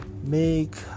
make